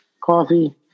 coffee